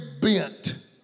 bent